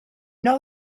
know